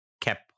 cap